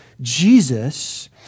Jesus